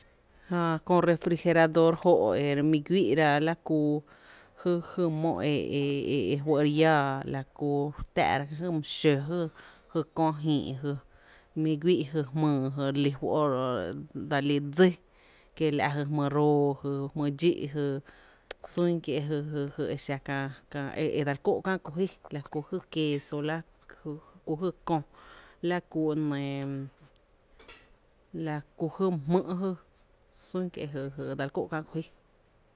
Jää e nɇɇ e e e jóoó ñí e xin refrigerador jö, jia jia ro ä’ re lí fó’ ere fá’, jmí’ ba ‘my’n jmⱥⱥ tá jö e nɇɇ xa, xa nɇɇ xa my my jóoó, xa mý jó mý jö kuⱥ’ kiee’ my jó, my jö, mý jö xⱥⱥ’ re faa’ra jöne, ejyy, jyy, jyy la xen ventilador jïï jö je dse lí my dsí o jé jé je köö dxi jö llⱥ’ jmⱥⱥ huí’ ñó’ je re jni jö jö, kie’ jö jö, e ten ba guí’ jö ki ten ba jïï my ejö, la’ kö lýn jná ba.